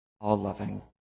all-loving